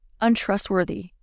untrustworthy